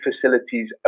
facilities